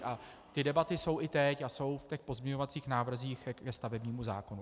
A ty debaty jsou i teď a jsou v těch pozměňovacích návrzích ke stavebnímu zákonu.